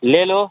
ले लो